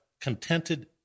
contented